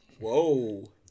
Whoa